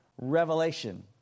revelation